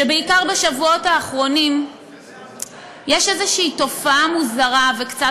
שבעיקר בשבועות האחרונים יש איזושהי תופעה מוזרה וקצת